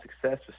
success